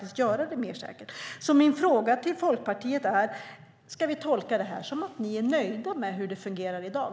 Ska vi tolka det som att ni i Folkpartiet är nöjda med hur det fungerar i dag?